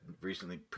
recently